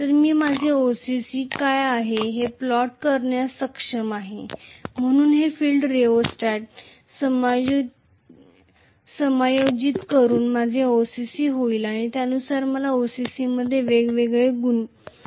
तर मी माझे ओसीसी काय आहे हे प्लॉट करण्यास सक्षम आहे म्हणून हे फील्ड रिओस्टॅट समायोजित करुन माझे OCC होईल आणि त्यानुसार मला OCC मध्ये वेगवेगळे गुण मिळतील